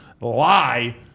lie